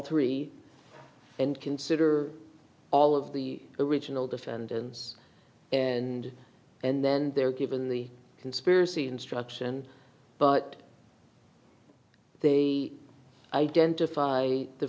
three and consider all of the original defendants and and then they're given the conspiracy instruction but they identify the